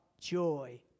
joy